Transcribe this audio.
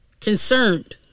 concerned